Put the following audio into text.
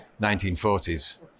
1940s